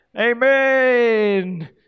Amen